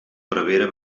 prevere